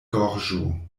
gorĝo